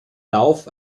lauf